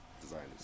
designers